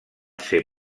ser